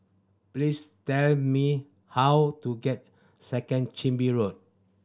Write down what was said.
please tell me how to get Second Chin Bee Road